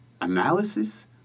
analysis